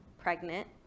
pregnant